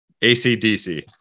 ACDC